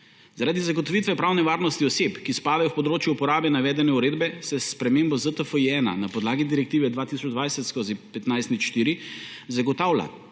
Zaradi zagotovitve pravne varnosti oseb, ki spadajo k področju uporabe navedene uredbe, se s spremembo ZTFI-1 na podlagi Direktive 2020/1504 zagotavlja,